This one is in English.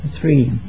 three